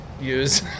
use